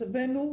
מצבנו,